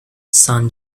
san